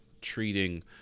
treating